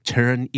Turn